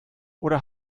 oder